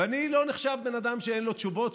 ואני לא נחשב בן אדם שאין לו תשובות,